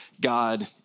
God